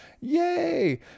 yay